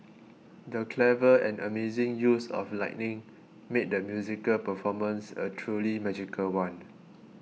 the clever and amazing use of lighting made the musical performance a truly magical one